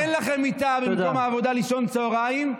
אין לכם מיטה במקום העבודה לישון צוהריים,